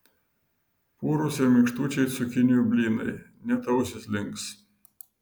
purūs ir minkštučiai cukinijų blynai net ausys links